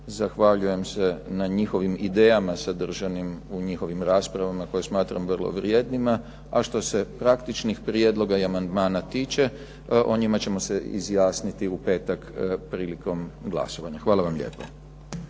Zahvaljujem se na njihovim idejama sadržanim u njihovim raspravama koje smatram vrlo vrijednima. A što se praktičnih prijedloga i amandmana tiče o njima ćemo se izjasniti u petak prilikom glasovanja. Hvala vam lijepo.